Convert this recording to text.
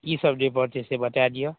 ई सब जे पड़तै से बताए दिअ